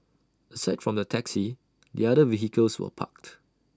aside from the taxi the other vehicles were parked